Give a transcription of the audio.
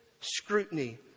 scrutiny